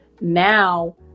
now